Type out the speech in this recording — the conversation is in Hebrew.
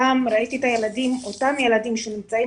פעם ראיתי את הילדים - אותם ילדים שנמצאים